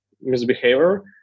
misbehavior